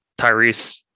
Tyrese